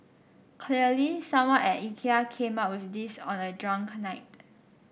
clearly someone at Ikea came up with this on a drunk night